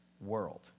world